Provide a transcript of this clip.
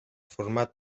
format